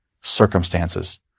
circumstances